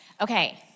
Okay